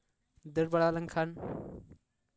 ᱫᱟᱹᱲ ᱵᱟᱲᱟ ᱞᱮᱱᱠᱷᱟᱱ